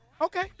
Okay